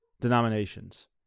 denominations